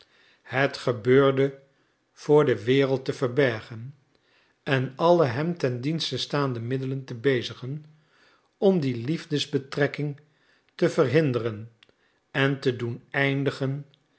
het gebeurde voor de wereld te verbergen en alle hem ten dienste staande middelen te bezigen om die liefdesbetrekking te verhinderen en te doen eindigen